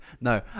No